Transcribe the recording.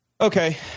Okay